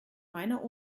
meiner